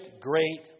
great